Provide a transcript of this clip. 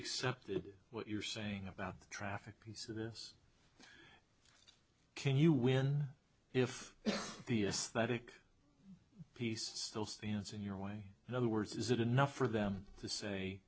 accept what you're saying about the traffic piece of this can you when if the aesthetic piece still stands in your way in other words is it enough for them to say